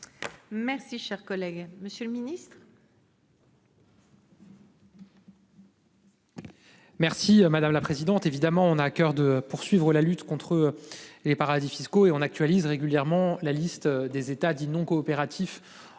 Merci, cher collègue, Monsieur le Ministre.